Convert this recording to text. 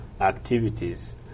activities